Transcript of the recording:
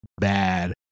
bad